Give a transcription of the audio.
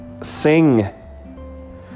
sing